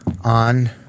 on